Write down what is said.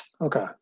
Okay